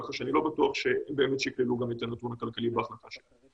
כך שאני לא בטוח שהן באמת שקללו גם את הנתון הכלכלי בהחלטה שלהן.